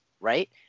right